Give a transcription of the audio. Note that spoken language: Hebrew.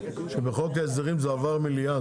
שבחוק ההסדרים זה עבר מליאה.